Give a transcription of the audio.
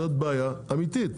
זאת בעיה אמיתית.